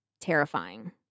terrifying